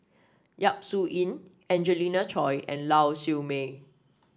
Yap Su Yin Angelina Choy and Lau Siew Mei